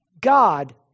God